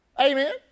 Amen